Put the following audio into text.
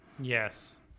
yes